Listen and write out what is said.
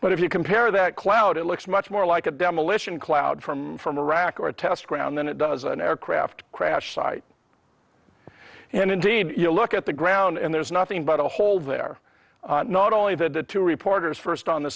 but if you compare that cloud it looks much more like a demolition cloud from from iraq or a test ground than it does an aircraft crash site and indeed you look at the ground and there's nothing but a hole there not only that the two reporters first on the